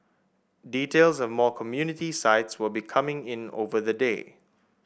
details of more community sites will be coming in over the day